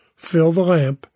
fillthelamp